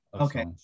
okay